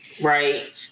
right